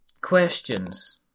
Questions